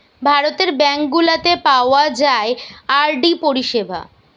ভারতের ব্যাঙ্ক গুলাতে পাওয়া যায় আর.ডি পরিষেবা